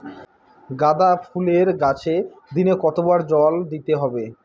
গাদা ফুলের গাছে দিনে কতবার জল দিতে হবে?